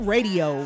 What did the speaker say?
Radio